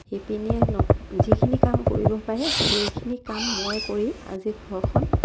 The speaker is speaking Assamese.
শিপিনীয়ে নক যিখিনি কাম কৰিব পাৰে সেইখিনি কাম মই কৰি আজি ঘৰখন